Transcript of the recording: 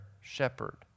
shepherd